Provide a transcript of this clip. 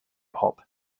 hop